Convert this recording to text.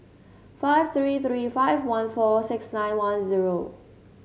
five three three five one four six nine one zero